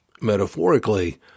metaphorically